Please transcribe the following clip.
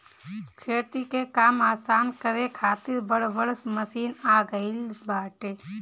खेती के काम आसान करे खातिर बड़ बड़ मशीन आ गईल बाटे